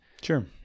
sure